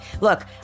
Look